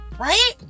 right